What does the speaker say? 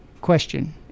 question